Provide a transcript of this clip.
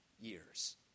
years